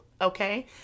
okay